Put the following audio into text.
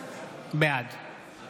בעד